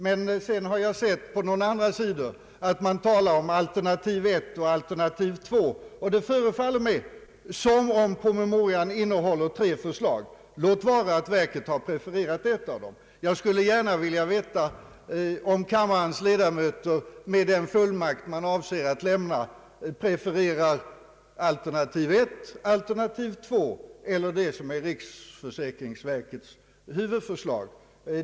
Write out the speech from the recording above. På några andra sidor har jag sett att man talar om alternativ I och alternativ II; det förefaller mig alltså som om promemorian innehåller tre förslag, låt vara att verket prefererat ett av dem. Jag skulle gärna vilja veta om kammarens ledamöter med den fullmakt de avser att lämna förordar alternativ I, alternativ II eller det som är riksförsäkringsverkets huvudförslag.